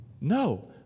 no